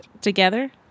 together